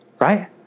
Right